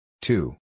Two